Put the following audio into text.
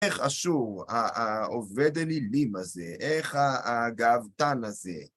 איך אשור העובד אלילים הזה, איך הגאוותן הזה,